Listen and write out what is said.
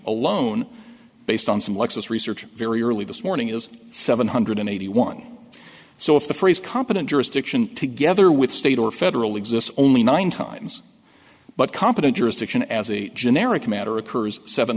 alone based on some lexis research very early this morning is seven hundred eighty one so if the phrase competent jurisdiction together with state or federal exists only nine times but competent jurisdiction as a generic matter occurs seven